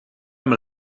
amb